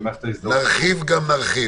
לתת לאנשים לומר את דברם ונקבל